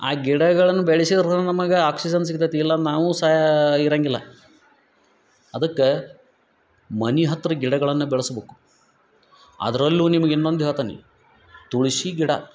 ಆ ಗಿಡಗಳನ್ನ ಬೆಳ್ಸಿದ್ರ ನಮಗೆ ಆಕ್ಸಿಜನ್ ಸಿಗ್ತತಿ ಇಲಂದ ನಾವು ಸಾ ಇರಂಗಿಲ್ಲ ಅದಕ್ಕೆ ಮನೆ ಹತ್ತಿರ ಗಿಡಗಳನ್ನ ಬೆಳಸ್ಬಕು ಅದರಲ್ಲೂ ನಿಮ್ಗ ಇನ್ನೊಂದು ಹೇಳ್ತನಿ ತುಳಸಿ ಗಿಡ